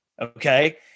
Okay